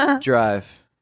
drive